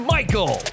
Michael